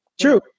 True